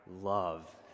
love